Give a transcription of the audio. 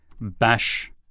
bash